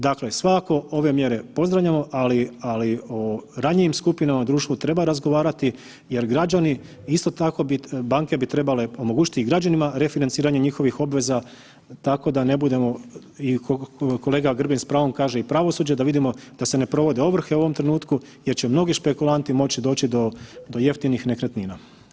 Dakle, svakako ove mjere pozdravljamo, ali o ranjivim skupinama u društvu treba razgovarati jer građani, isto tako banke bi trebale omogućiti i građanima refinanciranje njihovih obveza tako da ne budemo i kolega Grbin s pravom kaže i pravosuđe da vidimo, da se ne provode ovrhe u ovom trenutku jer će mnogi špeklulatni moći doći do jeftinih nekretnina.